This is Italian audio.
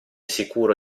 sicuro